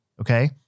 Okay